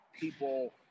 people